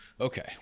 Okay